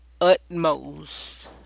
utmost